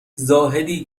زاهدی